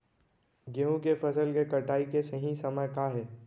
गेहूँ के फसल के कटाई के सही समय का हे?